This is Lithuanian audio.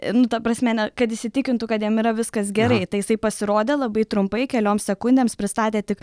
nu ta prasme ne kad įsitikintų kad jam yra viskas gerai tai jisai pasirodė labai trumpai kelioms sekundėms pristatė tik